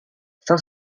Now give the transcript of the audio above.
cent